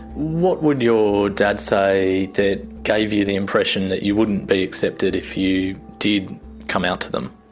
what would your dad say that gave you the impression that you wouldn't be accepted if you did come out to them?